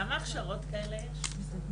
כמה הכשרות כאלה יש?